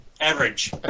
average